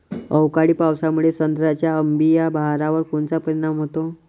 अवकाळी पावसामुळे संत्र्याच्या अंबीया बहारावर कोनचा परिणाम होतो?